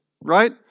right